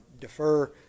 defer